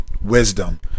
wisdom